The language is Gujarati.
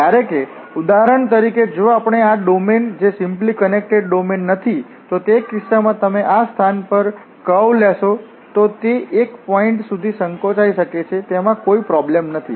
જ્યારે કે ઉદાહરણ તરીકે જો આપણે આ ડોમેન જે સિમ્પલી કનેકટેડ ડોમેન નથી તો તે કિસ્સામાં તમે આ સ્થાન પર કર્વ લેશો તો તે એક પોઈન્ટ સુધી સંકોચાઈ શકે છે તેમાં કોઈ પ્રોબ્લેમ નથી